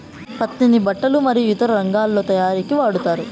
పత్తిని బట్టలు మరియు ఇతర రంగాలలో తయారీకి వాడతారు